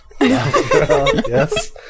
Yes